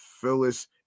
Phyllis